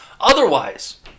Otherwise